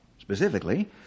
Specifically